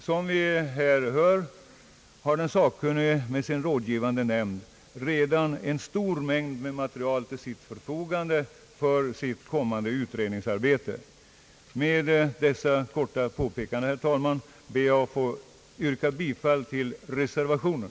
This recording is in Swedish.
Som vi här hör har den sakkunnige med sin rådgivande nämnd redan en stor mängd material till förfogande för sitt kommande utredningsarbete. Med dessa korta påpekanden, herr talman, ber jag att få yrka bifall till reservationen.